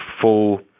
full